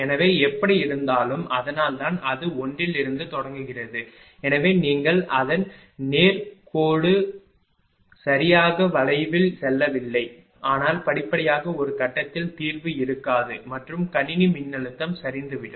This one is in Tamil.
எனவே எப்படியிருந்தாலும் அதனால் தான் அது 1 இலிருந்து தொடங்குகிறது எனவே நீங்கள் அதன் நேர்கோட்டு சரியாக வளைவில் செல்லவில்லை ஆனால் படிப்படியாக ஒரு கட்டத்தில் தீர்வு இருக்காது மற்றும் கணினி மின்னழுத்தம் சரிந்துவிடும்